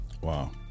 Wow